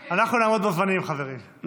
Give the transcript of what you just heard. חברים.